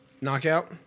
knockout